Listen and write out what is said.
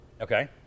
okay